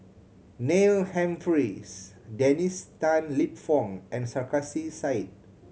Neil Humphreys Dennis Tan Lip Fong and Sarkasi Said